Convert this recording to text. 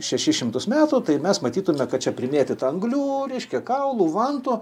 šešis šimtus metų tai mes matytume kad čia primėtyta anglių reiškia kaulų vantų